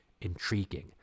intriguing